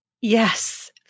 Yes